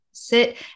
sit